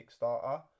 Kickstarter